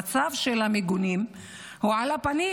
המצב של המיגונים על הפנים.